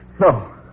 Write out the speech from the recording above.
No